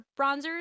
bronzers